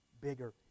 bigger